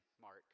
Mark